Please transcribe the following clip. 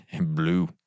blue